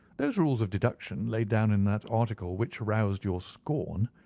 those rules of deduction laid down in that article which aroused your scorn,